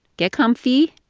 get comfy.